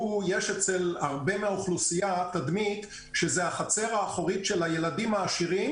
יש אצל הרבה מהאוכלוסייה תדמית שזה החצר האחורית של הילדים העשירים